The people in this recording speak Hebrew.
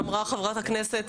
אמרה חברת הכנסת,